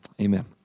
amen